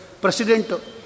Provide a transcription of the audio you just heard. President